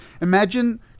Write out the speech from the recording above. Imagine